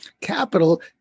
capital